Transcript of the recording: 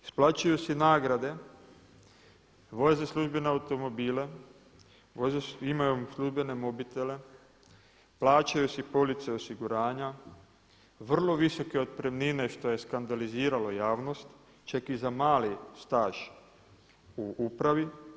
Isplaćuju si nagrade, voze službene automobile, imaju službene mobitele, plaćaju si police osiguranja, vrlo visoke otpremnine što je skandaliziralo javnost čak i za mali staž u upravi.